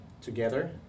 together